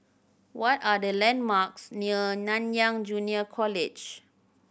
what are the landmarks near Nanyang Junior College